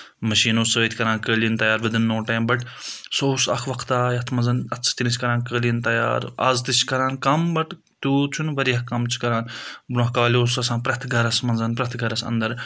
مشیٖنو سۭتۍ کَران قٲلیٖن تیار وِدَنۍ نو ٹایم بَٹ سُہ اوس اَکھ وقتا یَتھ منٛز اَتھٕ سۭتۍ ٲسۍ کَران قٲلیٖن تَیار آز تہِ چھِ کَران کَم بَٹ توٗت چھُنہٕ واریاہ کَم چھِ کَران برونٛہہ کالہِ اوس آسان پرٛؠتھ گَرَس منٛز پرٛؠتھ گَرَس اَنٛدَر